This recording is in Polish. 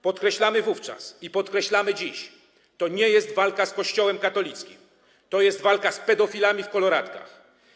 Podkreślaliśmy wówczas i podkreślamy dziś, że to nie jest walka z Kościołem katolickim, to jest walka z pedofilami w koloratkach.